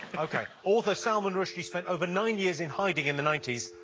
ok. author salman rushdie spent over nine years in hiding in the ninety s,